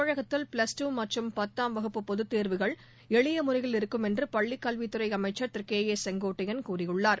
தமிழகத்தில் ப்ளஸ்டூ மற்றும் பத்தாம் வகுப்பு பொதுத்தேர்வுகள் எளியமுறையில் இருக்கும் என்றுபள்ளிக் கல்வித்துறைஅமைச்சர் திருகே ஏ செங்கோட்டையன் தெரிவித்துள்ளார்